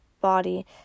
body